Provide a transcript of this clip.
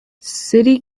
city